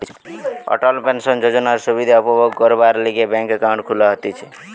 অটল pension যোজনার সুবিধা উপভোগ করবার লিগে ব্যাংকে একাউন্ট খুলা হতিছে